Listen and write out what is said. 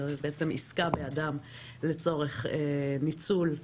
עסקה באדם לצורך ניצול,